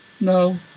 No